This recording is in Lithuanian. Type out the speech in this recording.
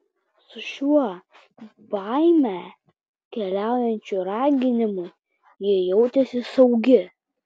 su šiuo baimę keliančiu raganiumi ji jautėsi saugi